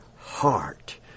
heart